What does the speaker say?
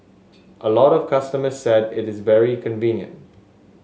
a lot of customers said it is very convenient